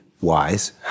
wise